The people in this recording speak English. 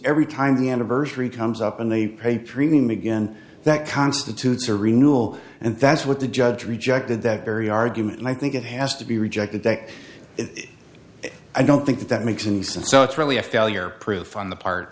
every time the an aversion he comes up and they pay premium again that constitutes a renewable and that's what the judge rejected that very argument and i think it has to be rejected that it i don't think that makes any sense so it's really a failure proof on the part